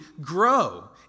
grow